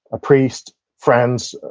a priest, friends,